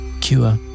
cure